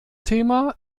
thema